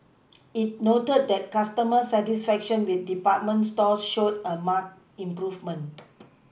it noted that customer satisfaction with department stores showed a marked improvement